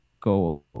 go